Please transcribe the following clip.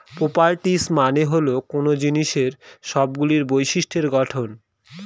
properties মানে হল কোনো জিনিসের সবগুলো বিশিষ্ট্য গঠন